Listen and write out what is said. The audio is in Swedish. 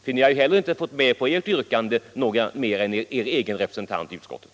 eftersom ni på ert yrkande inte fått med någon mer än er egen representant i utskottet.